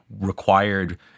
required